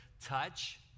touch